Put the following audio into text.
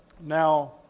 Now